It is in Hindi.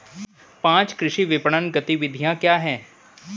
पाँच कृषि विपणन गतिविधियाँ क्या हैं?